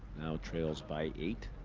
trails by eight.